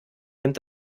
nimmt